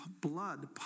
blood